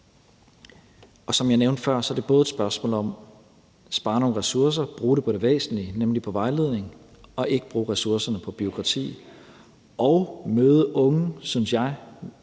og som jeg nævnte før, er det både et spørgsmål om at spare nogle ressourcer og bruge dem på det væsentlige, nemlig på vejledning og ikke på bureaukrati, og at møde de unge med et,